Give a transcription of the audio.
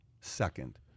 second